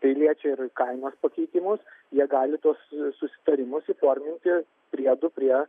tai liečia ir kainos pakeitimus jie gali tuos susitarimus įforminti priedu prie